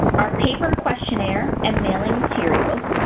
our paper questionnaire and mailing materials,